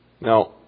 Now